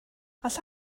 alla